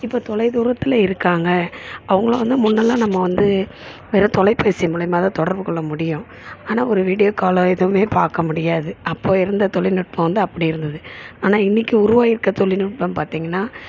இப்போ தொலைதூரத்தில் இருக்காங்க அவங்களாம் வந்து முன்னெல்லாம் நம்ம வந்து வெறும் தொலைபேசி மூலயமா தான் தொடர்புகொள்ள முடியும் ஆனால் ஒரு வீடியோ காலோ எதுவுமே பார்க்கமுடியாது அப்போ இருந்த தொழில்நுட்பம் வந்து அப்புடி இருந்தது ஆனால் இன்னிக்கி உருவாகி இருக்கற தொழில்நுட்பம் பார்த்தீங்கன்னா